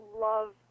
love